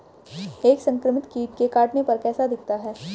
एक संक्रमित कीट के काटने पर कैसा दिखता है?